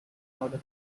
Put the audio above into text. order